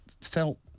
felt